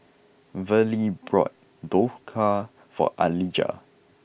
Verlie bought Dhokla for Alijah